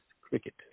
cricket